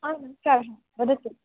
हा सर् वदतु